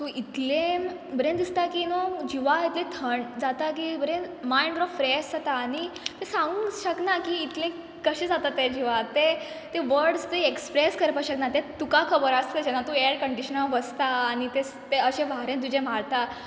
so इतलें बरें दिसता की नू जिवा इतलें थंड जाता की बरें मायंड फ्रेश जातां आनी सावूंक शकना की करें कशें जातां तें जिवाक तें तें वर्डस एक्सप्रेस करपाक शकना तें तुका खबर आस तशें ना एरकंडीशनर बसता आनी तें तें अशें वारें तुजें मारता